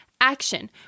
action